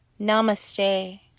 Namaste